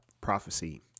prophecy